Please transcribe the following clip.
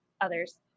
others